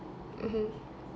mmhmm